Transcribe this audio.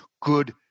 good